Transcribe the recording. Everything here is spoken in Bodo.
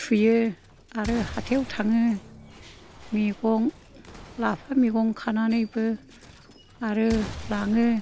सुयो आरो हाथायाव थाङो मैगं लाफा मैगं खानानैबो आरो लाङो